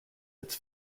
its